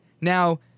Now